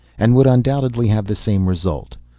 and would undoubtedly have the same result.